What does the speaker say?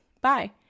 Bye